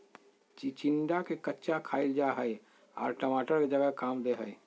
चिचिंडा के कच्चा खाईल जा हई आर टमाटर के जगह काम दे हइ